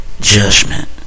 Judgment